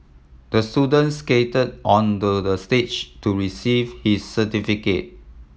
the student skated onto the stage to receive his certificate